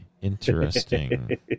interesting